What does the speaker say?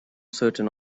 certain